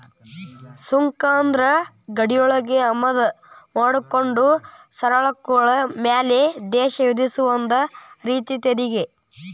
ಸುಂಕ ಅಂದ್ರ ಗಡಿಯೊಳಗ ಆಮದ ಮಾಡ್ಕೊಂಡ ಸರಕುಗಳ ಮ್ಯಾಲೆ ದೇಶ ವಿಧಿಸೊ ಒಂದ ರೇತಿ ತೆರಿಗಿ